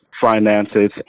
finances